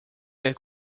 that